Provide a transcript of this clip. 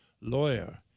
lawyer